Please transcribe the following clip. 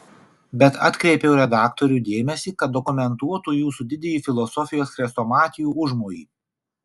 bet atkreipiau redaktorių dėmesį kad dokumentuotų jūsų didįjį filosofijos chrestomatijų užmojį